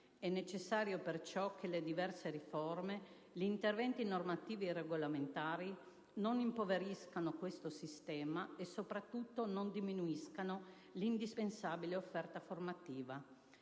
È necessario perciò che le diverse riforme e gli interventi normativi e regolamentari non impoveriscano questo sistema e, soprattutto, non diminuiscano l'indispensabile offerta formativa;